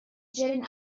jetting